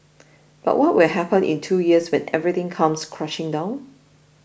but what will happen in two years when everything comes crashing down